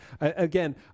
again